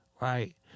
right